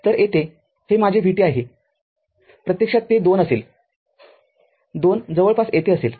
तर येथे हे माझे vt आहे प्रत्यक्षात ते २ असेल २ जवळपास येथे असेल